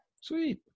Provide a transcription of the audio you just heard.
sweet